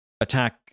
Attack